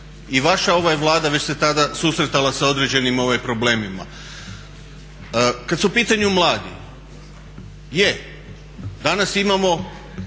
i vaša Vlada već se tada susretala sa određenim problemima. Kad su u pitanju mladi, je, danas imamo